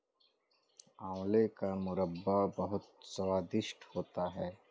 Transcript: आंवले का मुरब्बा बहुत स्वादिष्ट होता है